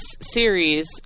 series